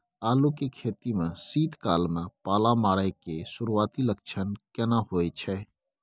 आलू के खेती में शीत काल में पाला मारै के सुरूआती लक्षण केना होय छै?